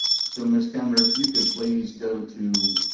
so miss kemner, if you could please go to